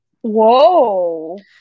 Whoa